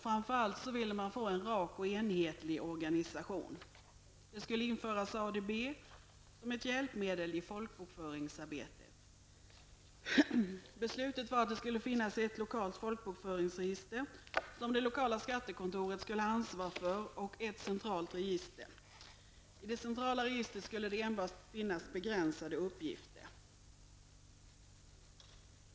Framför allt ville man ha en rak och enhetlig organisation. ADB skulle införas som ett hjälpmedel i folkbokföringsarbetet. Beslutet innefattade att det skall finnas ett lokalt folkbokföringsregister, som det lokala skattekontoret har ansvar för, och ett centralt register. I det centrala registret skall det enbart finnas begränsade uppgifter.